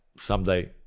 someday